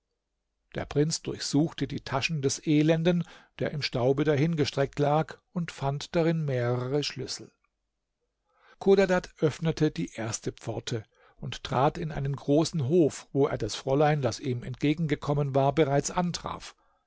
der prinz durchsuchte die taschen des elenden der im staube dahingestreckt lag und fand darin mehrere schlüssel chodadad öffnete die erste pforte und trat in einen großen hof wo er das fräulein das ihm entgegengekommen war bereits antraf